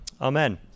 Amen